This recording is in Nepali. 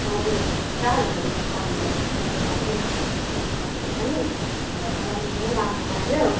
हजुर पुरा हुँदोरहेछ तपाईँको क्याफेमा चाहिँ कस्टमरहरू पनि मलाई एकदमै राम्रो लाग्यो